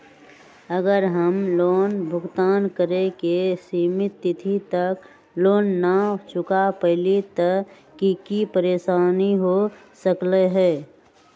अगर हम लोन भुगतान करे के सिमित तिथि तक लोन न चुका पईली त की की परेशानी हो सकलई ह?